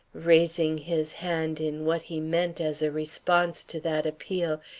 raising his hand in what he meant as a response to that appeal,